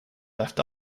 left